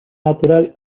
natural